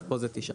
אז פה זה תשעה.